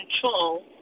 control